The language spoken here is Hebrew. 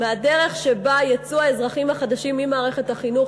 מהדרך שבה יצאו האזרחים החדשים ממערכת החינוך,